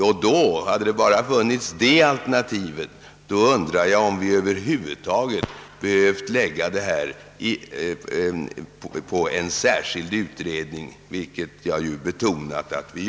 Och då hade vi väl knappast heller behövt föranstalta om en särskild utredning, såsom jag här betonat att vi har gjort därför att det inte endast föreligger ett enda alternativ.